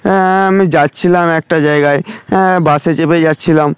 হ্যাঁ আমি যাচ্ছিলাম একটা জায়গায় হ্যাঁ বাসে চেপে যাচ্ছিলাম